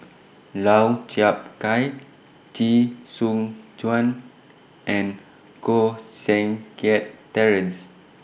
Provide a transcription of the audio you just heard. Lau Chiap Khai Chee Soon Juan and Koh Seng Kiat Terence